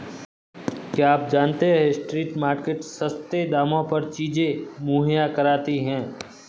क्या आप जानते है स्ट्रीट मार्केट्स सस्ते दामों पर चीजें मुहैया कराती हैं?